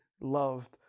loved